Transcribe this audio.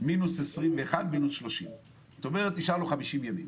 מינוס 21 מינוס 30. כלומר נשאר לו 50 ימים.